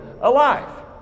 alive